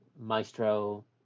maestro